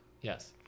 Yes